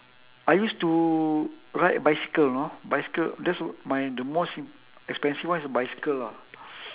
I used to ride bicycle you know bicycle that's my the most expensive one is bicycle lah